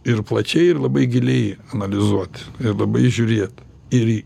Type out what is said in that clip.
ir plačiai ir labai giliai analizuot ir labai žiūrėt ir